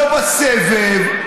לא בסבב.